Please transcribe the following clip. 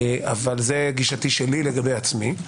אבל זו גישתי לגבי עצמי,